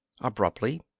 abruptly